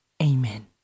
Amen